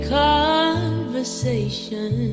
conversation